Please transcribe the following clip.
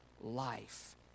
life